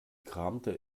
kramte